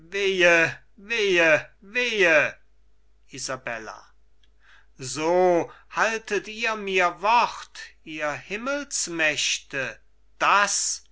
isabella so haltet ihr mir wort ihr himmelsmächte das